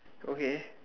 okay